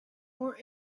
more